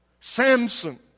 Samson